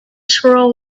squirrel